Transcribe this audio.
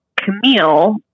Camille